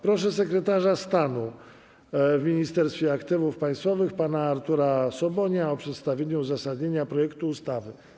Proszę sekretarza stanu w Ministerstwie Aktywów Państwowych pana Artura Sobonia o przedstawienie uzasadnienia projektu ustawy.